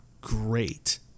great